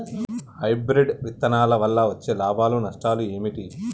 Hybrid విత్తనాల వల్ల వచ్చే లాభాలు నష్టాలు ఏమిటి?